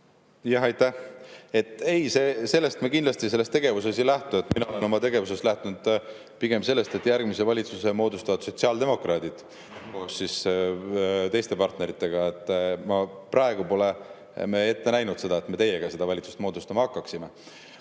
Aitäh! Ei, sellest me kindlasti selles tegevuses ei lähtu. Mina oma tegevuses olen lähtunud pigem sellest, et järgmise valitsuse moodustavad sotsiaaldemokraadid koos teiste partneritega. Praegu pole me ette näinud seda, et me teiega seda valitsust moodustama hakkaksime.